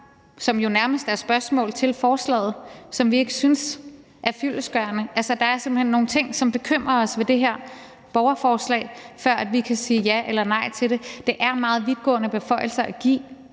som nærmest er spørgsmål til forslaget, som vi ikke synes er fyldestgørende. Der er simpelt hen nogle ting, som bekymrer os ved det her borgerforslag, og som gør, at vi ikke kan sige ja eller nej til det. Det er meget vidtgående beføjelser at give